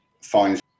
finds